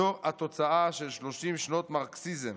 זו התוצאה של 30 שנות מרקסיזם.